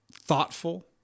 thoughtful